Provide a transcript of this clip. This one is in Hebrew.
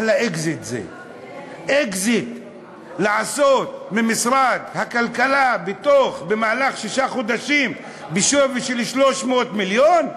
אחלה אקזיט לעשות ממשרד הכלכלה בתוך שישה חודשים בשווי של 300 מיליון,